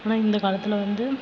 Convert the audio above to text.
ஆனால் இந்த காலத்தில் வந்து